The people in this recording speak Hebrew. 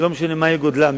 לא משנה מה יהיה גודלה,